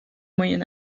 moyen